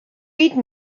read